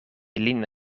lin